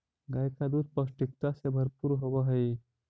गाय का दूध पौष्टिकता से भरपूर होवअ हई